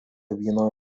vieno